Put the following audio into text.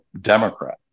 Democrat